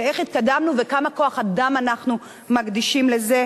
ואיך התקדמנו וכמה כוח אדם אנחנו מקדישים לזה,